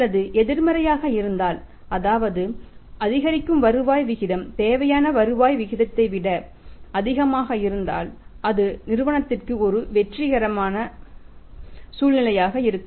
அல்லது எதிர்மறையாக இருந்தால் அதாவது அதிகரிக்கும் வருவாய் விகிதம் தேவையான வருவாய் விகிதத்தை விட அதிகமாகஇருந்தாள் அது நிறுவனத்திற்கும் ஒரு வெற்றிக்கான சூழ்நிலையாக இருக்கும்